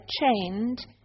chained